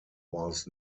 was